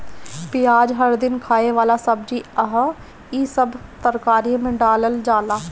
पियाज हर दिन खाए वाला सब्जी हअ, इ सब तरकारी में डालल जाला